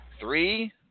Three